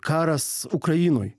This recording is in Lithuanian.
karas ukrainoj